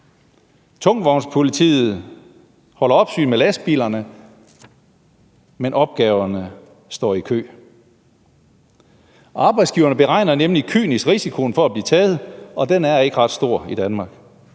Tungvognspolitiet holder opsyn med lastbilerne, men opgaverne står i kø. Arbejdsgiverne beregner nemlig kynisk risikoen for at blive taget, og den er ikke ret stor i Danmark.